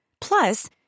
Plus